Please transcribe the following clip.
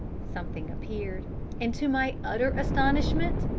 something appeared and, to my utter astonishment,